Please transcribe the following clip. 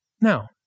Now